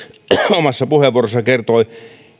omassa puheenvuorossaan kertoi